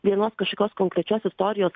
vienos kažkokios konkrečios istorijos